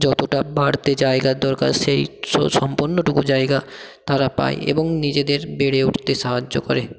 যতটা বাড়তে জায়গার দরকার সেই সম্পূর্ণটুকু জায়গা তারা পায় এবং নিজেদের বেড়ে উটতে সাহায্য করে